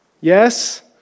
Yes